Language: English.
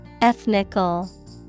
Ethnical